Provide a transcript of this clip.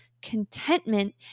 contentment